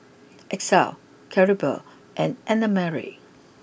Exie Claribel and Annamarie